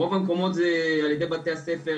ברוב המקומות זה על ידי בתי הספר,